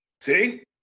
See